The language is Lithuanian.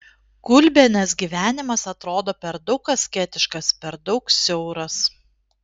kulbienės gyvenimas atrodo per daug asketiškas per daug siauras